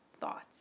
thoughts